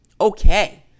okay